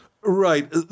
Right